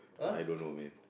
I don't know man